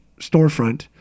storefront